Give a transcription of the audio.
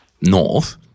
north